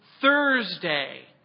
Thursday